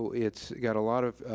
it's got a lot of,